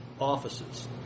offices